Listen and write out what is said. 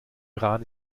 iran